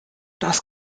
das